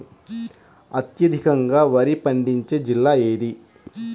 అత్యధికంగా వరి పండించే జిల్లా ఏది?